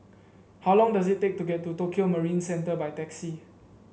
how long does it take to get to Tokio Marine Centre by taxi